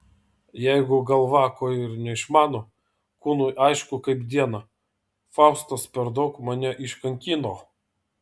jeigu galva ko ir neišmano kūnui aišku kaip dieną faustas per daug mane iškankino